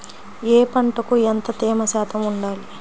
ఏ పంటకు ఎంత తేమ శాతం ఉండాలి?